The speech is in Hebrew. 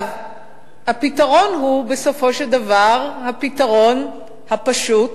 הפתרון הוא בסופו של דבר הפתרון הפשוט,